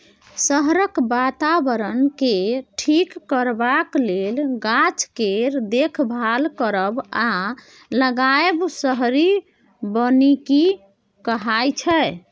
शहरक बाताबरणकेँ ठीक करबाक लेल गाछ केर देखभाल करब आ लगाएब शहरी बनिकी कहाइ छै